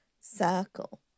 circle